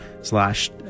slash